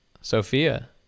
Sophia